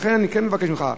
לכן אני כן מבקש ממך,